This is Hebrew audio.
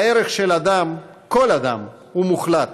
הערך של אדם, כל אדם, הוא מוחלט,